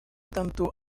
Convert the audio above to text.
tanto